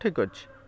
ଠିକ୍ ଅଛି